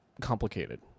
complicated